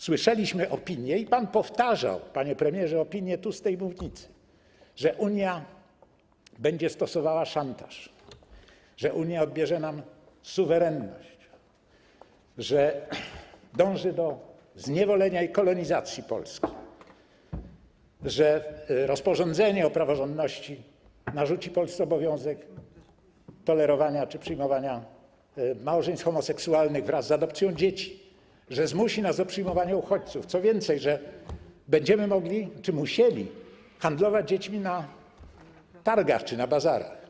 Słyszeliśmy opinie i pan powtarzał, panie premierze, opinie z tej mównicy, że Unia będzie stosowała szantaż, że Unia odbierze nam suwerenność, że dąży do zniewolenia i kolonizacji Polski, że w rozporządzeniu o praworządności narzuci Polsce obowiązek tolerowania czy przyjmowania małżeństw homoseksualnych wraz z adopcją dzieci, że zmusi nas do przyjmowania uchodźców, co więcej, że będziemy mogli, czy musieli, handlować dziećmi na targach lub na bazarach.